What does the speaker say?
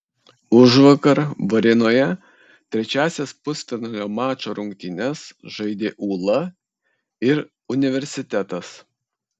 užvakar varėnoje trečiąsias pusfinalinio mačo rungtynes žaidė ūla ir universitetas